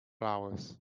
flowers